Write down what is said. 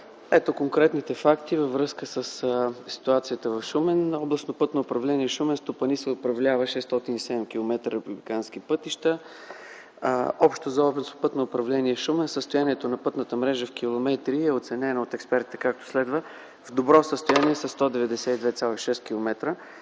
Ето конкретните факти във връзка със ситуацията в Шумен. Областно пътно управление Шумен стопанисва и управлява 607 км републикански пътища. Общо за Областно пътно управление Шумен състоянието на пътната мрежа в километри е оценено от експерти, както следва: в добро състояние са 192,6 км.